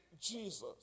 Jesus